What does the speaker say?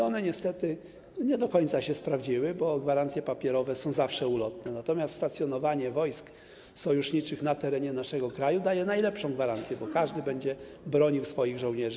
One niestety nie do końca się sprawdziły, bo gwarancje papierowe zawsze są ulotne, natomiast stacjonowanie wojsk sojuszniczych na terenie naszego kraju daje najlepszą gwarancję, bo każdy będzie bronił swoich żołnierzy.